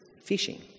Fishing